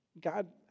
God